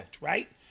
right